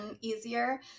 easier